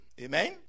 Amen